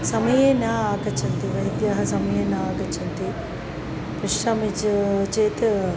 समये न आगच्छन्ति वैद्याः समये न आगच्छन्ति पश्यामि च चेत्